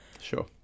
Sure